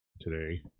today